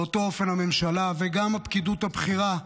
באותו אופן הממשלה וגם הפקידות הבכירה,